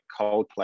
Coldplay